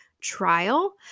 trial